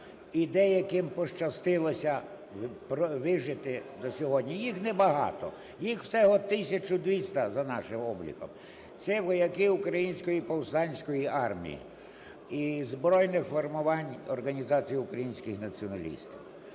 деяким пощастилося вижити до сьогодні. Їх небагато, їх всього 1 тисячу 200 за нашим обліком. Це вояки Української повстанської армії і збройних формувань Організації українських націоналістів,